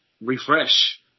refresh